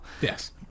yes